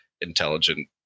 intelligent